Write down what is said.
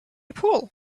pull